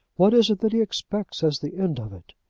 what is it that he expects as the end of it?